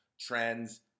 trends